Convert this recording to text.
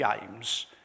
games